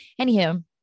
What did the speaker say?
Anywho